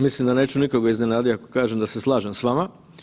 Mislim da neću nikoga iznenadit ako kažem da se slažem s vama.